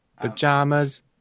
pajamas